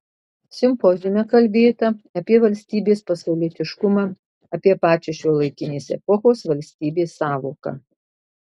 simpoziume kalbėta apie valstybės pasaulietiškumą apie pačią šiuolaikinės epochos valstybės sąvoką